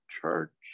church